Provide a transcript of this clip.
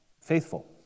faithful